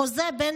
חוזה בין